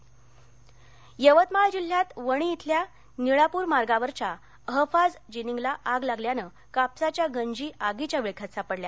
आग यवतमाळ यवतमाळ जिल्ह्यात वणी ब्रिल्या निळापूर मार्गावरच्या अहफाज जिनिंगला आग लागल्यानं कापसाच्या गंजी आगीच्या विळख्यात सापडल्या